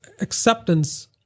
acceptance